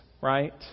right